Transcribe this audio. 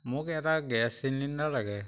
মোক এটা gas cylinder লাগে